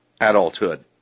adulthood